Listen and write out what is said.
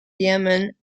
yemen